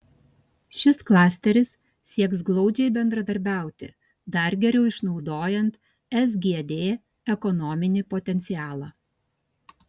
šis klasteris sieks glaudžiai bendradarbiauti dar geriau išnaudojant sgd ekonominį potencialą